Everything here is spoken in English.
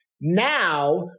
now